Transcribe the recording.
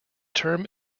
term